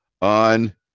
on